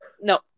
No